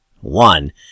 One